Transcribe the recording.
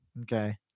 Okay